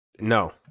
No